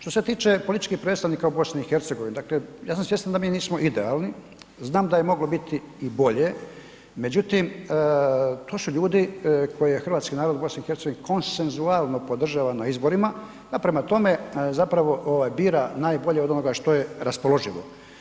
Što se tiče političkih predstavnika u BiH, dakle, ja sam svjestan da mi nismo idealni, znam da je moglo biti i bolje, međutim, to su ljudi koje je hrvatski narod u BiH konsezualno podržao na izborima pa prema tome zapravo bira najbolje od onog što je raspoloživo.